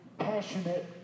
passionate